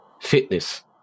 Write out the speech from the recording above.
fitness